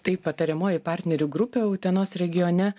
tai patariamoji partnerių grupė utenos regione